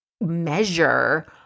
measure